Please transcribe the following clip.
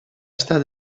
estar